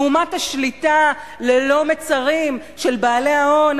לעומת שליטה ללא מְצרים של בעלי ההון,